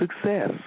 success